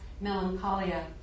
melancholia